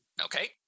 Okay